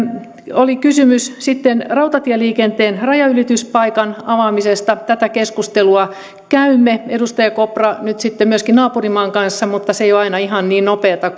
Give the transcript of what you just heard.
oli kysymys sitten rautatieliikenteen rajanylityspaikan avaamisesta tätä keskustelua käymme edustaja kopra nyt sitten myöskin naapurimaan kanssa mutta se ei ole aina ihan niin nopeata